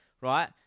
Right